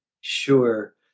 Sure